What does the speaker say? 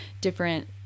different